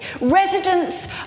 residents